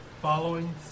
following